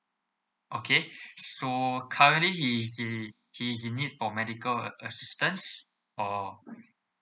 okay so currently he is i~ he is in need for medical assistance or